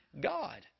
God